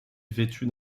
vêtue